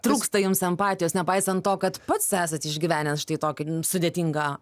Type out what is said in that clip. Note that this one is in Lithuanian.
trūksta jums empatijos nepaisant to kad pats esat išgyvenęs štai tokį sudėtingą